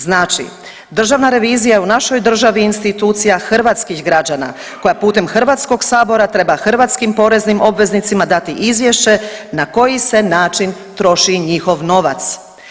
Znači, Državna revizija je u našoj državi institucija hrvatskih građana koja putem Hrvatskog sabora treba hrvatskim poreznim obveznicima dati izvješće na koji se način troši njihov novac.